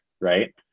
right